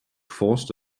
forced